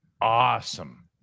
awesome